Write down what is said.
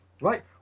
Right